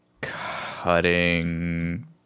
cutting